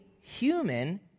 human